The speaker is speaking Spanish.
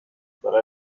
para